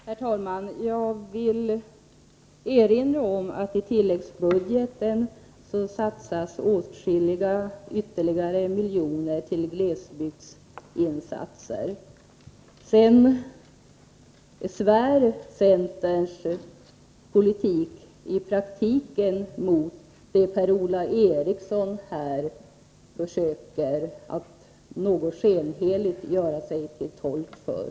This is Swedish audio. Herr talman! Jag vill erinra om att i tilläggsbudgeten anvisas åtskilliga ytterligare miljoner till glesbygdsinsatser. Sedan svär centerns politik i praktiken mot det Per-Ola Eriksson här försöker att något skenheligt göra sig till tolk för.